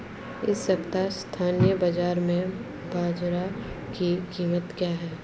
इस सप्ताह स्थानीय बाज़ार में बाजरा की कीमत क्या है?